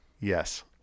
yes